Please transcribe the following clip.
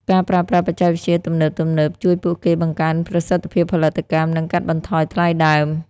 ការប្រើប្រាស់បច្ចេកវិទ្យាទំនើបៗជួយពួកគេបង្កើនប្រសិទ្ធភាពផលិតកម្ម និងកាត់បន្ថយថ្លៃដើម។